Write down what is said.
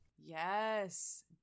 yes